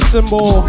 Symbol